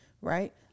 right